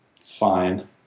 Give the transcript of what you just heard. fine